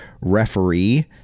referee